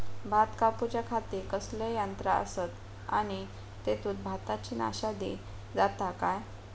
भात कापूच्या खाती कसले यांत्रा आसत आणि तेतुत भाताची नाशादी जाता काय?